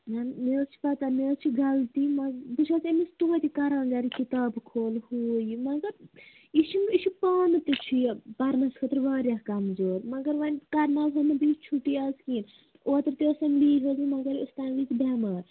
مےٚ مےٚ حظ چھِ پتہ مےٚ حظ چھِ غلطی بہٕ چھَس أمِس تویتہِ کران گَرِ کِتابہٕ کھولہٕ ہُہ یہِ مطلب یہِ چھِنہٕ یہِ چھِ پانہٕ تہِ چھِ یہِ پرنہٕ خٲطرٕ واریاہ کَمزور مگر وۄنۍ کَرٕناوہُن بہٕ یہِ چھُٹی آز کیٚنہہ اوترٕ تہِ ٲسۍ أمۍ لیٖو ہیٚژمٕژ مےٚ ٲسۍ تَمہِ وِزِ بٮ۪مار